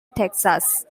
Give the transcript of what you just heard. texas